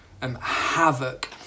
Havoc